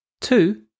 Two